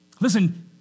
Listen